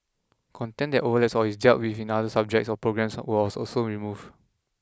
content that overlaps or is dealt with in other subjects or programmes was was also removed